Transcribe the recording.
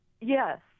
Yes